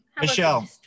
Michelle